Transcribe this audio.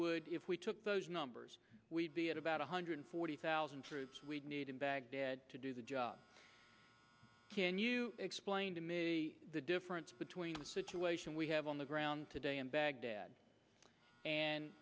would be if we took those numbers we'd be at about one hundred forty thousand troops we'd need in baghdad to do the job can you explain to me the difference between the situation we have on the ground today in baghdad and